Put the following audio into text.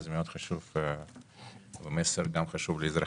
זה מאוד חשוב והם מהווה מסר חשוב לאזרחים.